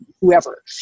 whoever